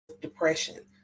depression